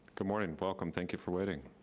good morning, welcome, thank you for waiting.